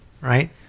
right